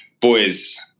Boys